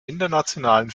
internationalen